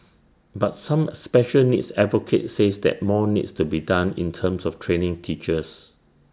but some special needs advocates says that more needs to be done in terms of training teachers